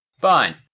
Fine